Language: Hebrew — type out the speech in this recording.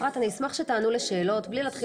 אפרת אני אשמח שתענו לשאלות בלי להתחיל